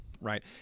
right